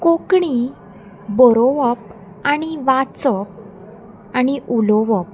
कोंकणी बरोवप आनी वाचप आनी उलोवप